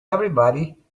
everybody